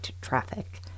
traffic